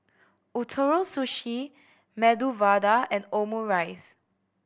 Ootoro Sushi Medu Vada and Omurice